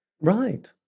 Right